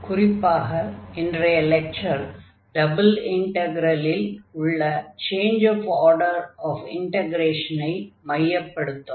குறிப்பாக இன்றைய lecture double இன்டக்ரலில் உள்ள சேஞ்ச் ஆஃப் ஆர்டர் ஆஃப் இன்டக்ரேஷனை மையப்படுத்தும்